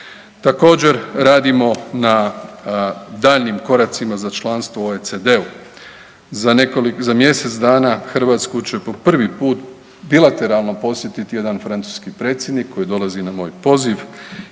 Također radimo na daljnjim koracima za članstvo u OECD-u. Za mjesec dana Hrvatsku će po prvi put bilateralno posjetiti jedan francuski predsjednik koji dolazi na moj poziv